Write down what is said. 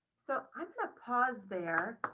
so i'm gonna pause there,